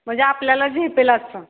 म्हणजे आपल्याला झेपेल असं